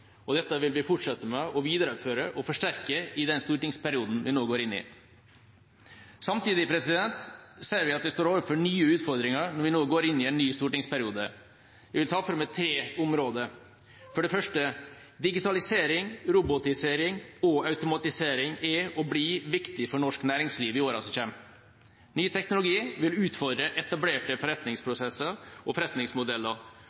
politikk. Dette vil vi fortsette med å videreføre og forsterke i den stortingsperioden vi nå går inn i. Samtidig ser vi at vi står overfor nye utfordringer når vi nå går inn i en ny stortingsperiode. Jeg vil ta for meg tre områder. For det første: Digitalisering, robotisering og automatisering er og blir viktig for norsk næringsliv i årene som kommer. Ny teknologi vil utfordre etablerte